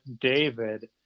David